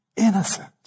Innocent